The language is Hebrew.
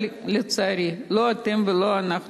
אבל לצערי, לא אתם ולא אנחנו,